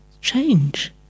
change